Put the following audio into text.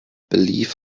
believe